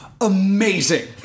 Amazing